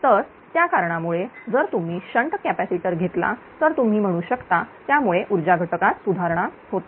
तर त्या कारणामुळे जर तुम्ही शंट कॅपॅसिटर घेतला तर तुम्ही म्हणू शकता त्यामुळे ऊर्जा घटकात सुधारणा होते